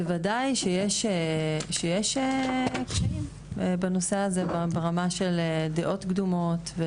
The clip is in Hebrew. יש קשיים בנושא הזה ברמה של דעות קדומות.